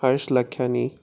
Harsh Lakhyani